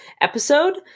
episode